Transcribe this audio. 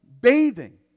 bathing